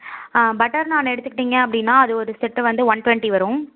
butter naan எடுத்துக்கிட்டீங்க அப்படின்னா அது ஒரு செட்டு வந்து ஒன் ட்வென்ட்டி வரும்